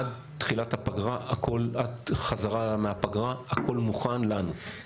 עד החזרה מהפגרה הכול מוכן לנו,